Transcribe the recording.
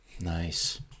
Nice